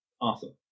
Awesome